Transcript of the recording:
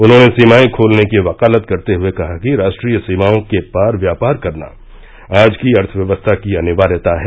उन्होंने सीमाएं खोलने की वकालत करते हुए कहा कि राष्ट्रीय सीमाओं के पार व्यापार करना आज की अर्थव्यवस्था की अनिवार्यता है